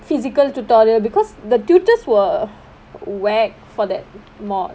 physical tutorial because the tutors were wack for that modules